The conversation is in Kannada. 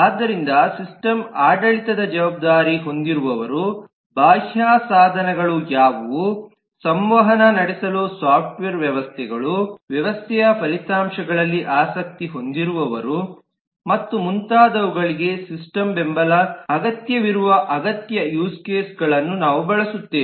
ಆದ್ದರಿಂದ ಸಿಸ್ಟಮ್ ಆಡಳಿತದ ಜವಾಬ್ದಾರಿ ಹೊಂದಿರುವವರು ಬಾಹ್ಯ ಸಾಧನಗಳು ಯಾವುವು ಸಂವಹನ ನಡೆಸಲು ಸಾಫ್ಟ್ವೇರ್ ವ್ಯವಸ್ಥೆಗಳು ವ್ಯವಸ್ಥೆಯ ಫಲಿತಾಂಶಗಳಲ್ಲಿ ಆಸಕ್ತಿ ಹೊಂದಿರುವವರು ಮತ್ತು ಮುಂತಾದವುಗಳಿಗೆ ಸಿಸ್ಟಮ್ ಬೆಂಬಲ ಅಗತ್ಯವಿರುವ ಅಗತ್ಯ ಯೂಸ್ ಕೇಸ್ಗಳನ್ನು ನಾವು ಬಳಸುತ್ತೇವೆ